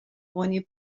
oni